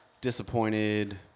disappointed